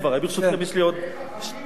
ברשותכם, יש לי עוד,